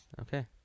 okay